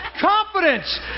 confidence